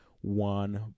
one